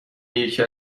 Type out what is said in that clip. یکی